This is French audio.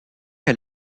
que